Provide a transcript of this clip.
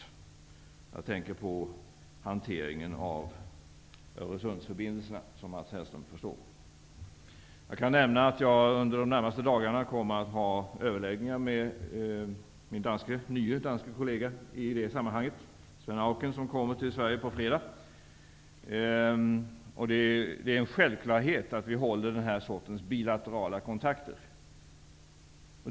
Jag tänker på hanteringen av Öresundsförbindelserna, som Mats Hellström förstår. Jag kan nämna att jag under de närmaste dagarna kommer att ha överläggningar med min nye danske kollega i denna fråga. Svend Auken kommer till Sverige på fredag. Det är en självklarhet att vi håller den här sortens bilaterala kontakter.